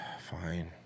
Fine